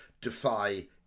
defy